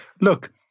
look